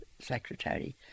secretary